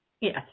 Yes